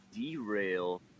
derail